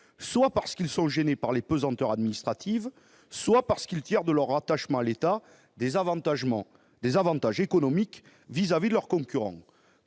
soit parce qu'ils sont gênés par les pesanteurs administratives, soit parce qu'ils tirent de leur attachement à l'État des avantages économiques à l'égard de leurs concurrents.